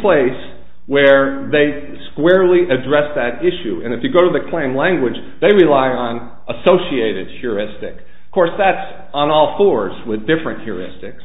place where they squarely address that issue and if you go to the claim language they rely on associated shuras stick of course that's on all fours with different serious sticks